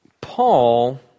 Paul